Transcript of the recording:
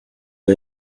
him